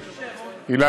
בינתיים.